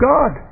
God